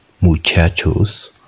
muchachos